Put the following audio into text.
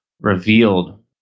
revealed